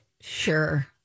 Sure